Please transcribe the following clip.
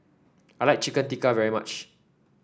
I like Chicken Tikka very much